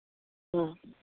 ह्म्म